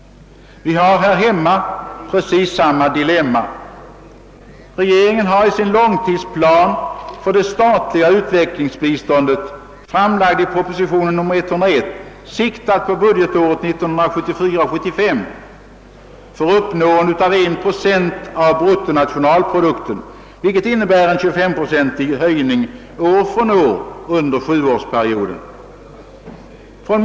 Vi här hemma är i samma dilemma. Regeringen har i sin långtidsplan för det statliga utvecklingsbiståndet, framlagd i proposition nr 101, siktat på budgetåret 1974/75 för uppnående av 1 procent av bruttonationalprodukten, vilket innebär en 20-procentig höjning år från år under sjuårsperioden.